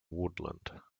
woodland